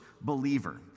believer